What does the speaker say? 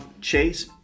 chase